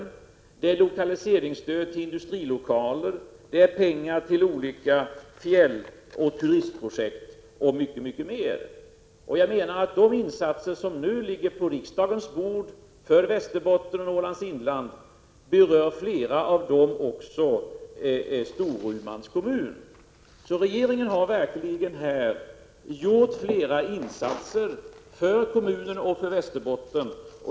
Det rör sig om lokaliseringsstöd till industrilokaler, pengar till olika fjälloch turistprojekt m.m. Flera av de insatser som det nu ligger förslag om på riksdagens bord för Västerbotten och Norrlands inland berör Storumans kommun. Regeringen har således gjort flera insatser för kommunen och för Västerbotten.